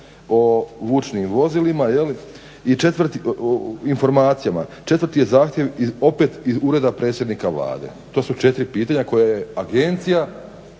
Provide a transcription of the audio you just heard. o vučnim vozilima, informacijama, je li i četvrti je zahtjev opet iz ureda predsjednika Vlade. To su četiri pitanja koje je agencija